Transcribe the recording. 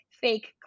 fake